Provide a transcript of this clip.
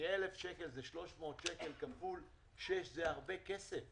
מ-6,000 שקל, פחות או יותר, זה הרבה כסף.